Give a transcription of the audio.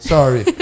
Sorry